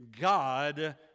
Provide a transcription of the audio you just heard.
God